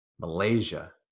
Malaysia